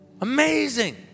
Amazing